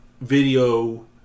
video